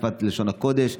היא שפת לשון הקודש,